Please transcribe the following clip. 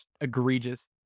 egregious